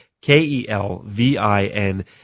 K-E-L-V-I-N